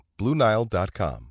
BlueNile.com